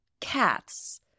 cats